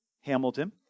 Hamilton